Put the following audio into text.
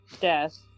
death